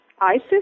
Isis